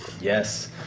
Yes